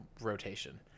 rotation